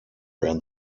ran